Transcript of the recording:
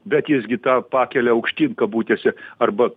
bet jis gi tą pakelia aukštyn kabutėse arba